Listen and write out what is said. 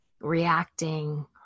reacting